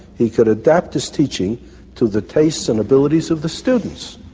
he could adapt his teaching to the tastes and abilities of the students.